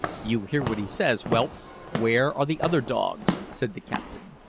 you hear what he says, whelp where are the other dogs? said the captain.